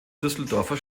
düsseldorfer